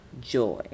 joy